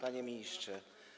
Panie Ministrze!